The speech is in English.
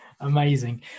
Amazing